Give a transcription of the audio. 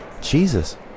Jesus